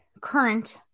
current